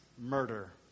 murder